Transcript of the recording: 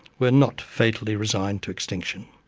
were not fatally resigned to extinction.